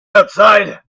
outside